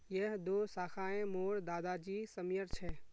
यह दो शाखए मोर दादा जी समयर छे